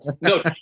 No